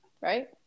Right